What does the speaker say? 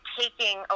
taking